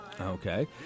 Okay